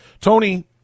Tony